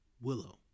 Willow